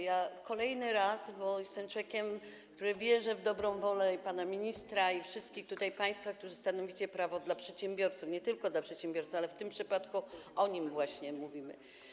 Ja kolejny raz, bo jestem człowiekiem, który wierzy w dobrą wolę i pana ministra, i wszystkich państwa, którzy stanowicie prawo dla przedsiębiorcy - nie tylko dla przedsiębiorcy, ale w tym przypadku o nim właśnie mówimy.